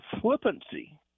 flippancy